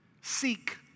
seek